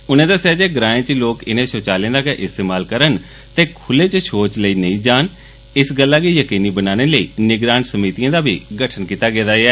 उनें दस्सेआ जे ग्राएं च लोक इनें षौचालयें दा गै इस्तेमाल करन ते खुले च षौच लेई नेईं जान इस गल्लै गी यकीनी बनाने लेई निगरान समीतिएं दा बी गठन कीता गेदा ऐ